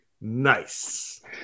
Nice